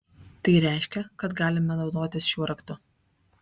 tai reiškia kad galime naudotis šiuo raktu